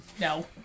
No